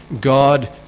God